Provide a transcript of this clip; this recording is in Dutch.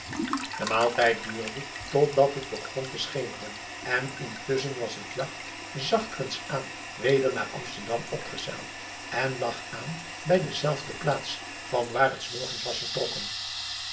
de maaltijd duurde tot dat het begon te schemeren en intusschen was het jagt zachtkens aan weder naar amsterdam opgezeild en lag aan bij de zelfde plaats van waar het s morgens was vertrokken